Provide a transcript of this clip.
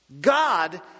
God